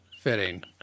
fitting